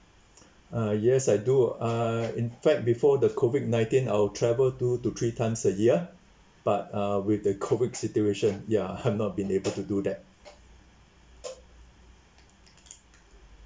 uh yes I do uh in fact before the COVID nineteen I will travel two to three times a year but uh with the COVID situation ya I'm not been able to do that